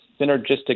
synergistic